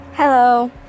Hello